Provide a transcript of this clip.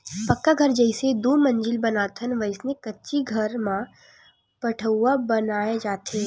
पक्का घर जइसे दू मजिला बनाथन वइसने कच्ची घर म पठउहाँ बनाय जाथे